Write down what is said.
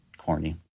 corny